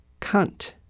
Cunt